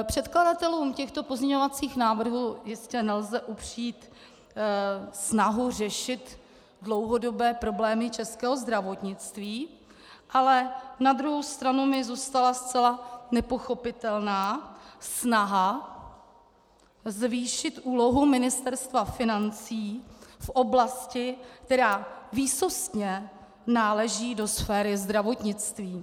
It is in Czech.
Předkladatelům těchto pozměňovacích návrhů jistě nelze upřít snahu řešit dlouhodobé problémy českého zdravotnictví, ale na druhou stranu mi zůstala zcela nepochopitelná snaha zvýšit úlohu Ministerstva financí v oblasti, která výsostně náleží do sféry zdravotnictví.